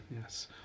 yes